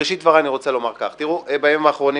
בראשית דבריי אני רוצה לומר כך: בימים האחרונים